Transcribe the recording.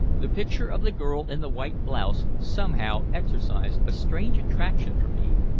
the picture of the girl in the white blouse somehow exercised a strange attraction for me.